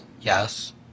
yes